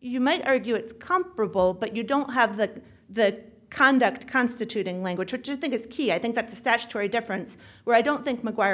you might argue it's comparable but you don't have that that conduct constituting language which i think is key i think that statutory difference where i don't think maguire